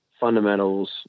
fundamentals